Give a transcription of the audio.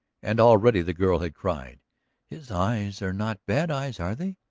and already the girl had cried his eyes are not bad eyes, are they?